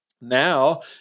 Now